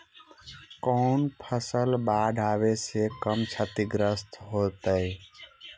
कौन फसल बाढ़ आवे से कम छतिग्रस्त होतइ?